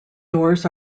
doors